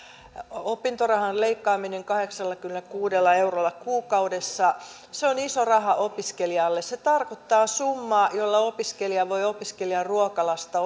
opintorahan leikkaaminen kahdeksallakymmenelläkuudella eurolla kuukaudessa se on iso raha opiskelijalle se tarkoittaa summaa jolla opiskelija voi opiskelijaruokalasta